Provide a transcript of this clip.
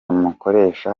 umukoresha